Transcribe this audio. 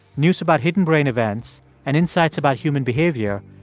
news about hidden brain events and insights about human behavior,